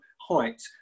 height